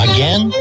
Again